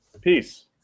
Peace